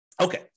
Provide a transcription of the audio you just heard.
Okay